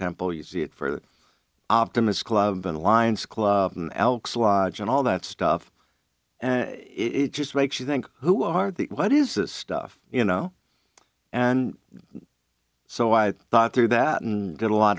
temple you see it for the optimist club and lines club an elks lodge and all that stuff and it just makes you think who are the what is this stuff you know and so i thought through that and did a lot